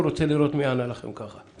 הוא רוצה לראות מי ענה לכם כך.